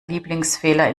lieblingsfehler